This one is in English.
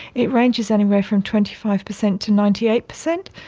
it ranges anywhere from twenty five percent to ninety eight percent.